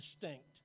distinct